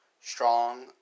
strong